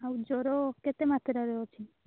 ଆଉ ଜ୍ୱର କେତେ ମାତ୍ରାରେ ଅଛି